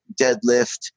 deadlift